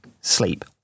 sleep